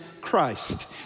Christ